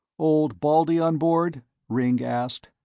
old baldy on board? ringg asked.